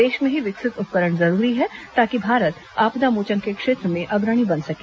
देश में ही विकसित उपकरण जरूरी है ताकि भारत आपदा मोचन के क्षेत्र में अग्रणी बन सके